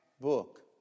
book